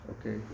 okay